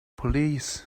police